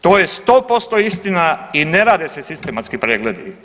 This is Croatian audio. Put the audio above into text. To je 100% istina i ne rade se sistematski pregledi.